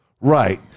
Right